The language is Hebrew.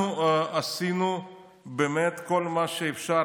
אנחנו עשינו באמת כל מה שאפשר,